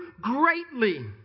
greatly